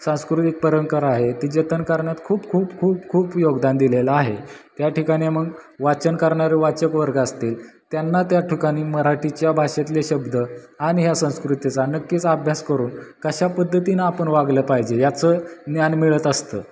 सांस्कृतिक परंपरा आहे ती जतन करण्यात खूप खूप खूप खूप योगदान दिलेलं आहे त्या ठिकाणी मग वाचन करणारे वाचक वर्ग असतील त्यांना त्याठिकाणी मराठीच्या भाषेतले शब्द आणि ह्या संस्कृतीचा नक्कीचा अभ्यास करून कशा पद्धतीनं आपण वागलं पाहिजे याचं ज्ञान मिळत असतं